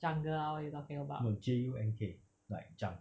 jungle ah what you talking about